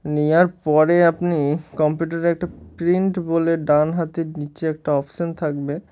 নেওয়ার পরে আপনি কম্পিউটারে একটা প্রিন্ট বলে ডান হাতের নিচে একটা অপশান থাকবে